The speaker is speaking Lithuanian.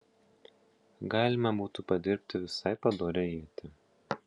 galima būtų padirbti visai padorią ietį